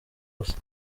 bose